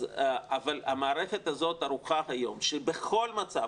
אבל המערכת הזאת ערוכה היום שבכל מצב,